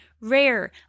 rare